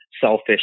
Selfish